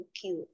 cute